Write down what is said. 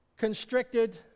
Constricted